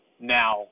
Now